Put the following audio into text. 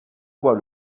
quoi